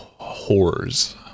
whores